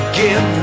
give